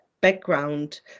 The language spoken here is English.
background